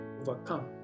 overcome